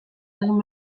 egin